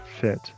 fit